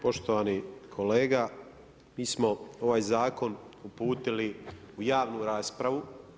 Poštovani kolega, mi smo ovaj zakon uputili u javnu raspravu.